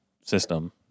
system